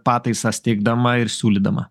pataisas teigdama ir siūlydama